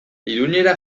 irunera